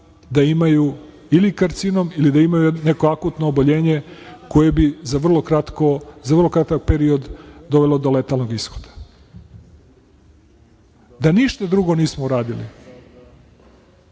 da imaju ili karcinom ili da imaju neko akutno oboljenje koje bi za vrlo kratak period dovelo do letalnoh ishoda. Da ništa drugo nismo uradili